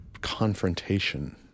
confrontation